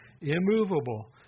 immovable